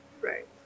right